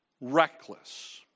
reckless